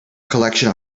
collection